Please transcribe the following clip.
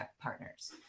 partners